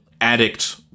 addict